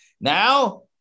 Now